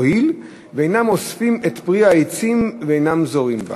הואיל ואינם אוספים את פרי העצים ואינם זורעים בה".